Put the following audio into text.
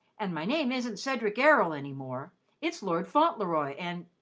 and my name isn't cedric errol any more it's lord fauntleroy and,